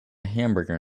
hamburger